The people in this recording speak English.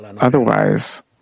Otherwise